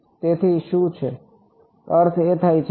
તેથી શું છે અર્થ એ થાય કે